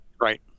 Right